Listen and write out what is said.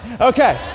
Okay